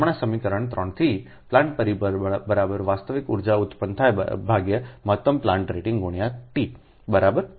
હમણાં સમીકરણ 3 થી પ્લાન્ટ પરિબળ વાસ્તવિક ઉર્જા ઉત્પન્ન થાય મહત્તમ પ્લાન્ટ રેટિંગ×T બરાબર